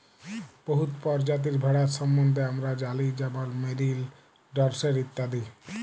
বহুত পরজাতির ভেড়ার সম্বল্ধে আমরা জালি যেমল মেরিল, ডরসেট ইত্যাদি